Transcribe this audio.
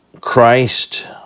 Christ